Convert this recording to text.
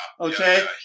Okay